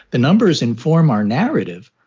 the numbers inform our narrative,